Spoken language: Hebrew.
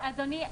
אדוני,